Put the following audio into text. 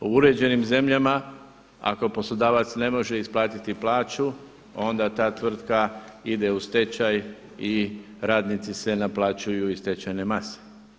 U uređenim zemljama ako poslodavac ne može isplatiti plaću onda ta tvrtka ide u stečaj i radnici se naplaćuju iz stečajne mase.